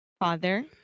Father